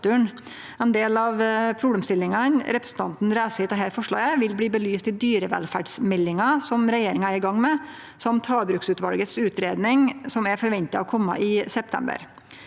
Ein del av problemstillingane representantane reiser i dette forslaget, vil bli belyst i dyrevelferdsmeldinga, som regjeringa er i gang med, og i havbruksutvalets utgreiing, som er forventa å kome i september.